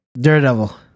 daredevil